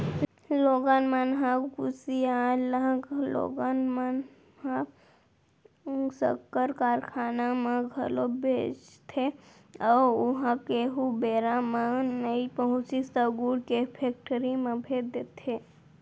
लोगन मन ह कुसियार ल लोगन मन ह सक्कर कारखाना म घलौ भेजथे अउ उहॉं कहूँ बेरा म नइ पहुँचिस त गुड़ के फेक्टरी म भेज देथे